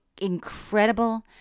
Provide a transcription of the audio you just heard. incredible